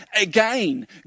Again